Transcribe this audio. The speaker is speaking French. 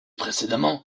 précédemment